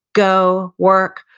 go, work,